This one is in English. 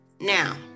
Now